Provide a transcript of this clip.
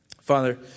Father